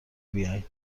بیاین